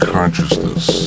Consciousness